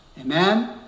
Amen